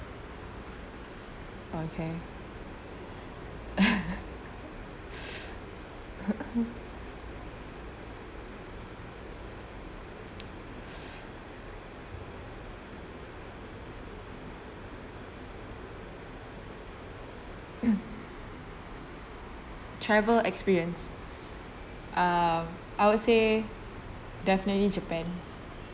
okay travel experience um I would say definitely japan